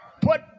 put